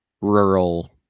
rural